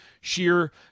sheer